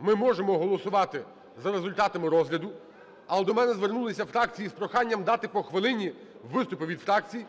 ми можемо голосувати за результатами розгляду. Але до мене звернулися фракції з проханням дати по хвилині в виступі від фракцій